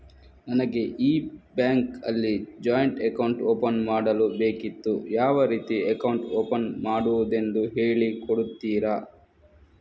ನನಗೆ ಈ ಬ್ಯಾಂಕ್ ಅಲ್ಲಿ ಜಾಯಿಂಟ್ ಅಕೌಂಟ್ ಓಪನ್ ಮಾಡಲು ಬೇಕಿತ್ತು, ಯಾವ ರೀತಿ ಅಕೌಂಟ್ ಓಪನ್ ಮಾಡುದೆಂದು ಹೇಳಿ ಕೊಡುತ್ತೀರಾ?